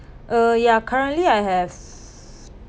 uh ya currently I have